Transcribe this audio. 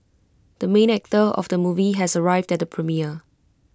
the main actor of the movie has arrived at the premiere